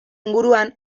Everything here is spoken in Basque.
inguruan